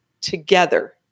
together